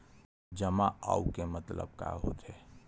जमा आऊ के मतलब का होथे?